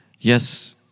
yes